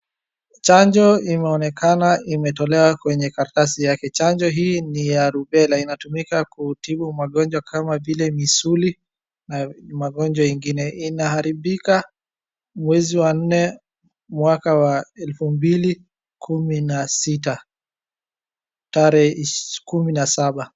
Chanjo imeonekana imetolewa kwenye karatasi yake. Chanjo hii ni ya rubela. Inatumika kutibu magonjwa kama vile misuli na magonjwa ingine. Inaharibika mwezi wa nne mwaka wa elfu mbili kumi na sita tarehe kumi na saba.